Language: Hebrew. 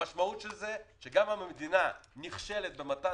המשמעות של זה היא גם שהמדינה נכשלת במתן